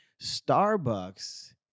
Starbucks